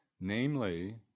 namely